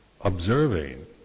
observing